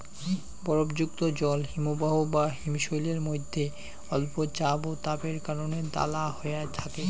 বরফযুক্ত জল হিমবাহ বা হিমশৈলের মইধ্যে অল্প চাপ ও তাপের কারণে দালা হয়া থাকে